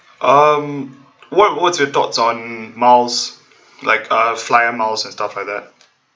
um what what's your thoughts on miles like uh flyer miles and stuff like that